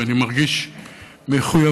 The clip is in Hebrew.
ואני מרגיש מחויבות,